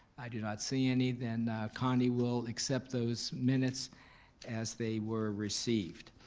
i do not see any, then connie will accept those minutes as they were received.